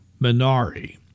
Minari